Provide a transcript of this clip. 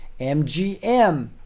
MGM